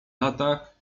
latach